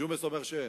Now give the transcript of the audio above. ג'ומס אומר שאין.